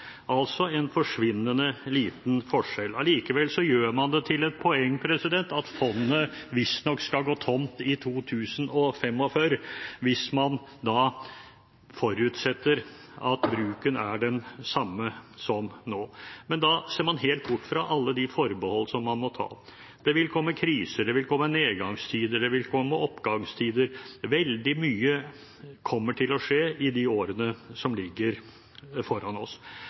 altså en forsvinnende liten forskjell. Allikevel gjør man det til et poeng at fondet visstnok skal gå tomt i 2045, hvis man forutsetter at bruken er den samme som nå. Men da ser man helt bort fra alle de forbehold som man må ta. Det vil komme kriser, det vil komme nedgangstider, det vil komme oppgangstider – veldig mye kommer til å skje i de årene som ligger foran oss.